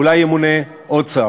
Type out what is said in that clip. אולי ימונה עוד שר.